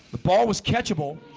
the ball was catchable